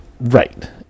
Right